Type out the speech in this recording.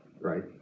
right